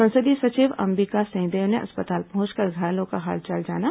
संसदीय सचिव अंबिका सिंहदेव ने अस्पताल पहुंचकर घायलों का हालचाल जाना